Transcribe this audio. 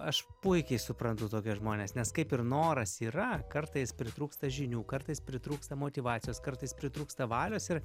aš puikiai suprantu tokius žmones nes kaip ir noras yra kartais pritrūksta žinių kartais pritrūksta motyvacijos kartais pritrūksta valios ir